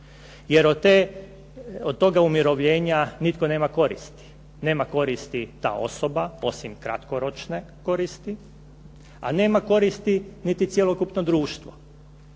jer od toga umirovljenja nitko nema koristi. Nema koristi ta osoba, osim kratkoročne koristi, a nema koristi niti cjelokupno društvo.